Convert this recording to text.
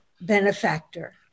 benefactor